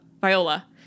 Viola